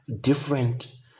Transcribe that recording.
different